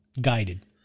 Guided